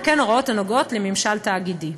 וכן הוראות הנוגעות לממשל תאגידי.